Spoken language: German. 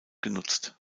genutzt